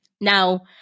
Now